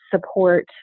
support